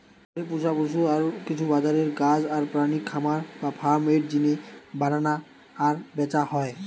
ঘরে পুশা পশু আর কিছু বাজারের গাছ আর প্রাণী খামার বা ফার্ম এর জিনে বানানা আর ব্যাচা হয়